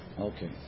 Okay